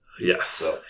Yes